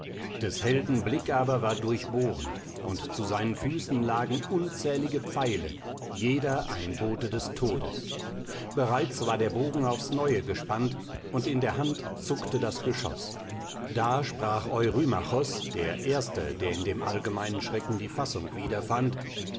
des helden blick aber war durchbohrend und zu seinen füßen lagen unzählige pfeile jeder ein bote des todes bereits war der bogen aufs neue gespannt und in der hand zuckte das geschoß da sprach eurymachos der erste der in dem allgemeinen schrecken die fassung wieder